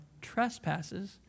trespasses